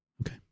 Okay